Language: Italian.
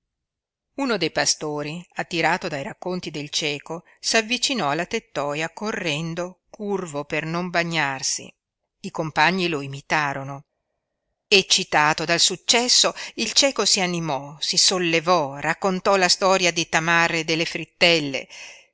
uno dei pastori attirato dai racconti del cieco s'avvicinò alla tettoia correndo curvo per non bagnarsi i compagni lo imitarono eccitato dal successo il cieco si animò si sollevò raccontò la storia di tamar e delle frittelle